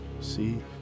see